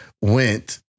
went